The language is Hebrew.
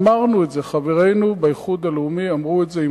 אמרנו את זה, חברינו באיחוד הלאומי אמרו את זה.